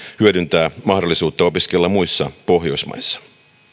hyödyntää mahdollisuutta opiskella muissa pohjoismaissa